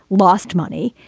lost money.